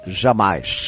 jamais